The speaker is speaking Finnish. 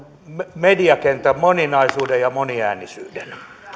mediakentän moninaisuuden ja moniäänisyyden